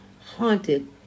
haunted